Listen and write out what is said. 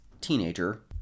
teenager